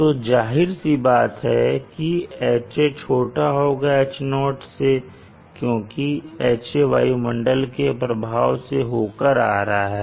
तो जाहिर सी बात है की Ha छोटा होगा H0 से क्योंकि Ha वायुमंडल के प्रभाव से होकर आ रहा है